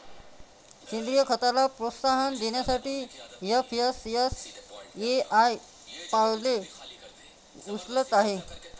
सेंद्रीय खताला प्रोत्साहन देण्यासाठी एफ.एस.एस.ए.आय पावले उचलत आहे